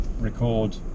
record